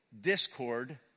discord